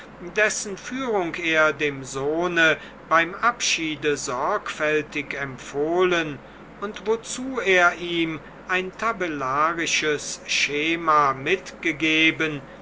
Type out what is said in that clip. dessen führung er dem sohne beim abschiede sorgfaltig empfohlen und wozu er ihm ein tabellarisches schema mitgegeben